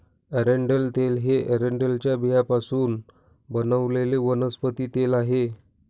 एरंडेल तेल हे एरंडेलच्या बियांपासून बनवलेले वनस्पती तेल आहे